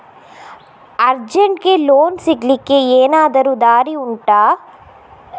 ಅರ್ಜೆಂಟ್ಗೆ ಲೋನ್ ಸಿಗ್ಲಿಕ್ಕೆ ಎನಾದರೂ ದಾರಿ ಉಂಟಾ